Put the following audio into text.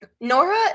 Nora